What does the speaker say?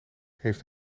heeft